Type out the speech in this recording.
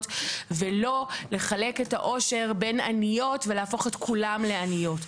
ולא לחלק את העושר בין עניות ולהפוך את כולן לעניות.